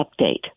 update